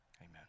Amen